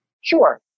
Sure